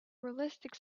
realistic